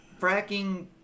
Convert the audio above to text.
fracking